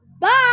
Bye